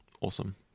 awesome